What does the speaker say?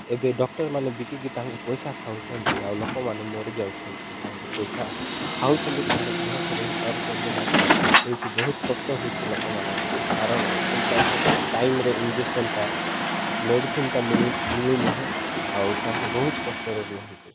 ଏବେ ଡକ୍ଟରମାନେ ବିକି ତାଙ୍କେ ପଇସା ଖାଉଛନ୍ତି ଆଉ ଲୋକମାନେ ମରି ଯାଉଛନ୍ତି ତାଙ୍କ ପଇସା ଖାଉଛନ୍ତି ତାଙ୍କେ ଭଲସେ ରହିପାରୁଛନ୍ତି ମାତ୍ର ଏଇଠି ବହୁତ କଷ୍ଟ ହଉଛି ଲୋକମାନଙ୍କୁ କାରଣ ସେଇ ତାଙ୍କେ ଟାଇମରେ ଇଞ୍ଜେକ୍ସନଟା ମେଡ଼ିସିନଟା ମିଳୁ ମିଳୁନୁହେଁ ଆଉ ତାଙ୍କେ ବହୁତ କଷ୍ଟରେ ରୁହନ୍ତି